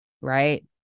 right